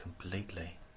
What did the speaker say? completely